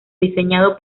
diseñado